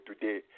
today